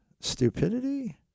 stupidity